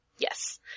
Yes